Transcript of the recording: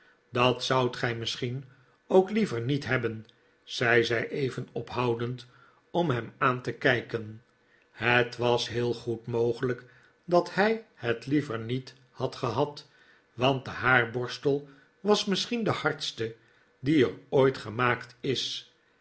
dat zoudt gij misschien ook liever niet hebben zei zij even ophoudend om hem aan te kijken het was heel goed mogelijk dat hij het liever niet had gehad want de haarborstel was misschien de hardste die er ooit gemaakt is